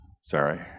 Sorry